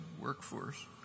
workforce